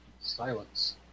silence